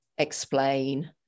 explain